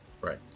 Right